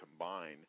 combine